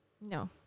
No